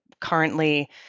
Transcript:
Currently